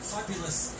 Fabulous